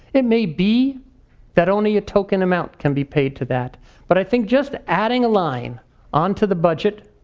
it may be that only a token amount can be paid to that but i think just adding a line on to the budget